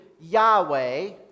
Yahweh